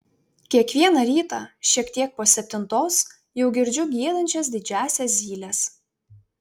kiekvieną ryta šiek tiek po septintos jau girdžiu giedančias didžiąsias zyles